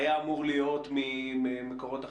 היה אמור להיות ממקורות אחרים,